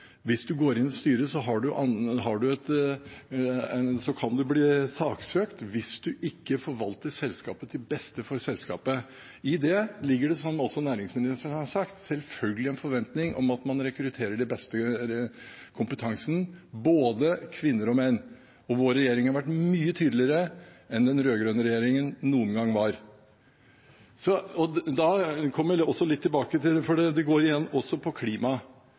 Går man inn i et styre, kan man bli saksøkt hvis man ikke forvalter selskapet til beste for selskapet. I det ligger det, som også næringsministeren har sagt, selvfølgelig en forventning om at man rekrutterer dem med best kompetanse – både kvinner og menn – og vår regjering har vært mye tydeligere enn den rød-grønne regjeringen noen gang var. Da kommer jeg litt tilbake til klima, for det går igjen også på